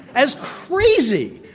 as crazy.